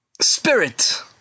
spirit